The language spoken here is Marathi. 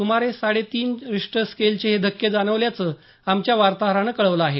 सुमारे साडे तीन रिश्टर स्केलचे हे धक्के जाणवल्याचं आमच्या वार्ताहरानं कळवलं आहे